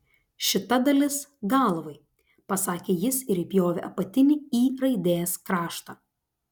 šita dalis galvai pasakė jis ir įpjovė apatinį y raidės kraštą